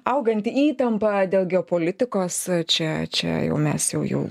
auganti įtampa dėl geopolitikos čia čia jau mes jau jau